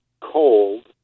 cold